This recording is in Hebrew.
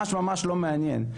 ממש ממש לא מעניין,